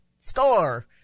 score